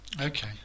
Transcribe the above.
Okay